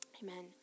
Amen